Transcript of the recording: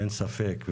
אין ספק,